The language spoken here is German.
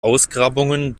ausgrabungen